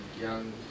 young